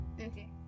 Okay